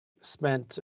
spent